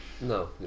no